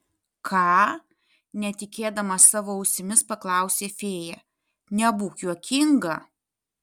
ką netikėdama savo ausimis paklausė fėja nebūk juokinga